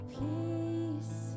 peace